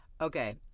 Okay